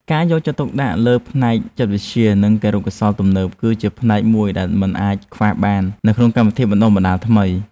ការយកចិត្តទុកដាក់លើផ្នែកចិត្តវិទ្យានិងគរុកោសល្យទំនើបគឺជាផ្នែកមួយដែលមិនអាចខ្វះបាននៅក្នុងកម្មវិធីបណ្តុះបណ្តាលថ្មី។